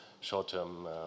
short-term